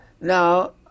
now